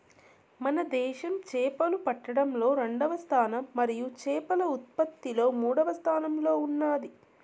మన దేశం చేపలు పట్టడంలో రెండవ స్థానం మరియు చేపల ఉత్పత్తిలో మూడవ స్థానంలో ఉన్నాది